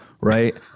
Right